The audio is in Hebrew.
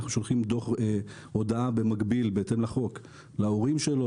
אנחנו שולחים הודעה במקביל בהתאם לחוק להורים שלו,